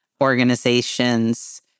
organizations